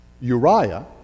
Uriah